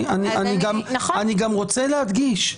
אני גם רוצה להדגיש,